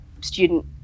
student